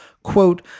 quote